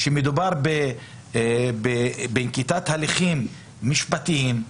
שמדובר בנקיטת הליכים משפטיים,